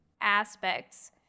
aspects